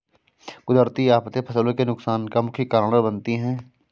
कुदरती आफतें फसलों के नुकसान का मुख्य कारण बनती है